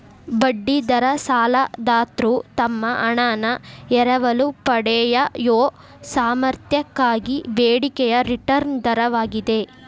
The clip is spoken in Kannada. ಬಡ್ಡಿ ದರ ಸಾಲದಾತ್ರು ತಮ್ಮ ಹಣಾನ ಎರವಲು ಪಡೆಯಯೊ ಸಾಮರ್ಥ್ಯಕ್ಕಾಗಿ ಬೇಡಿಕೆಯ ರಿಟರ್ನ್ ದರವಾಗಿದೆ